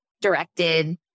directed